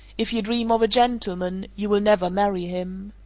if you dream of a gentleman, you will never marry him.